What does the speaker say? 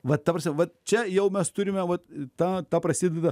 va ta prasme vat čia jau mes turime vat tą ta prasideda